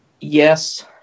Yes